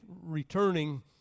returning